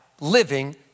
living